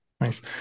Nice